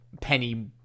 Penny